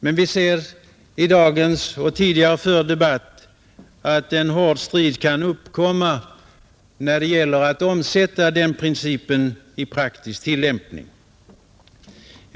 Men vi ser i dagens debatt och i tidigare förda debatter att en hård strid kan uppkomma när det gäller att omsätta den principen i praktisk tillämpning.